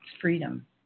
freedom